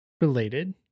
related